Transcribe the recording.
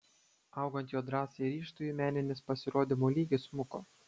augant jo drąsai ir ryžtui meninis pasirodymo lygis smuko